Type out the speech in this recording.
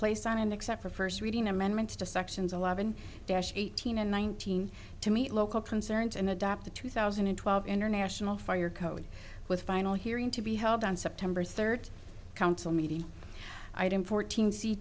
place an end except for first reading amendments to sections alive and eighteen and nineteen to meet local concerns and adopt the two thousand and twelve international for your code with a final hearing to be held on september third council meeting item fourteen